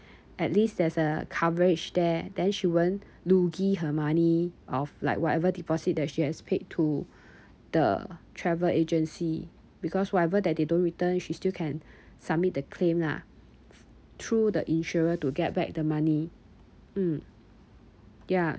at least there's a coverage there then she won't loogi her money of like whatever deposit that she has paid to the travel agency because whatever that they don't return she still can submit the claim lah through the insurer to get back the money mm yeah